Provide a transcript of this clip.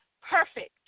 perfect